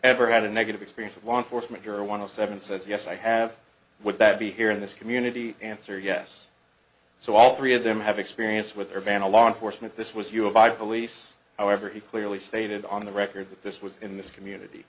ever had a negative experience with law enforcement or one of seven says yes i have would that be here in this community answer yes so all three of them have experience with their van a law enforcement this was you know by police however he clearly stated on the record that this was in this community